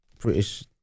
British